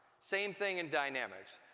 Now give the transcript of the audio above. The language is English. same thing in dynamics.